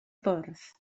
bwrdd